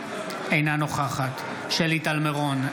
אינה נוכחת שלי טל מירון,